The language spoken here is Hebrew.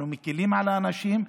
אנחנו מקילים על אנשים,